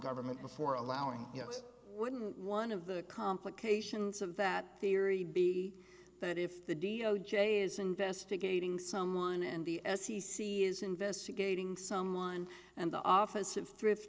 government before allowing yes wouldn't one of the complications of that theory be that if the d o j is investigating someone and the f c c is investigating some line and the office of thrift